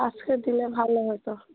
আজকে দিলে ভালো হতো